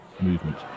movement